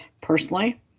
Personally